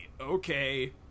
okay